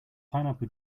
pineapple